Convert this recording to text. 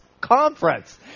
conference